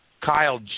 Kyle